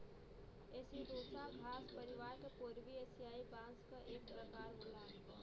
एसिडोसा घास परिवार क पूर्वी एसियाई बांस क एक प्रकार होला